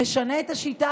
נשנה את השיטה,